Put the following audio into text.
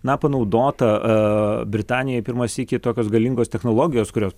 na panaudota danijoj pirmą sykį tokios galingos technologijos kurios